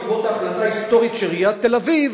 בעקבות ההחלטה ההיסטורית של עיריית תל-אביב,